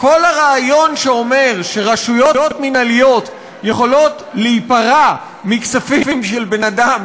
כל הרעיון שאומר שרשויות מינהליות יכולות להיפרע מכספים של אדם,